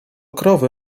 krowy